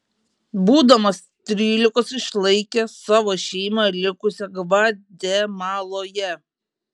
būdamas trylikos išlaikė savo šeimą likusią gvatemaloje